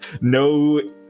no